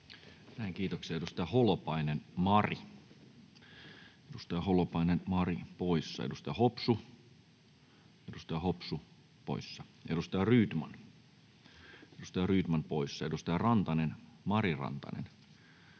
Kiitoksia. — Edustaja Holopainen, Mari, edustaja Holopainen, Mari, poissa. Edustaja Hopsu, edustaja Hopsu poissa. Edustaja Rydman, edustaja